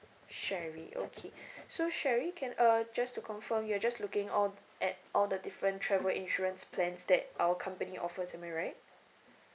sherry okay so sherry can uh just to confirm you're just looking all at all the different travel insurance plans that our company offers am I right